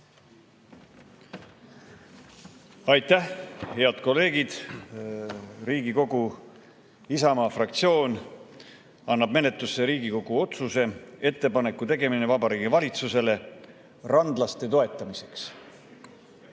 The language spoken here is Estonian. Aitäh! Head kolleegid! Riigikogu Isamaa fraktsioon annab menetlusse Riigikogu otsuse "Ettepaneku tegemine Vabariigi Valitsusele randlaste toetamiseks",